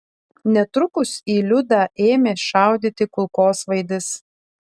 netrukus į liudą ėmė šaudyti kulkosvaidis